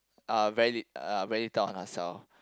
uh very li~ uh very tough on herself